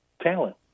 talent